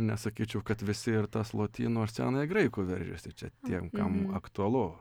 nesakyčiau kad visi ir tas lotynų ar senąją graikų veržiasi čia tiem kam aktualu